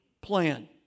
plan